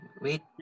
wait